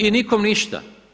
I nikome ništa.